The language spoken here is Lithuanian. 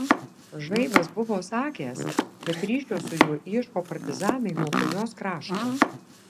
žaibas buvo sakęs kad ryšio su juo ieško partizanai nuo punios krašto